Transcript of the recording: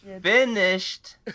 finished